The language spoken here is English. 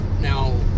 Now